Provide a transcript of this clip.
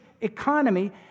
economy